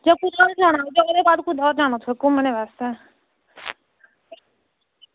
ते जां तुसें कुुदै होर जाना घुम्मनै आस्तै